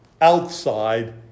outside